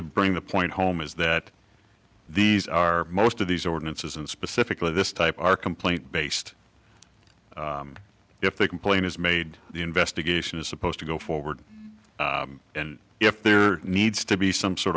to bring the point home is that these are most of these ordinances and specifically this type are complaint based if they complain is made the investigation is supposed to go forward and if there needs to be some sort